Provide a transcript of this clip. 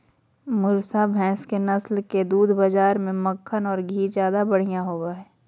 मुर्रा भैस के नस्ल के दूध बाज़ार में मक्खन औरो घी ज्यादा बढ़िया होबो हइ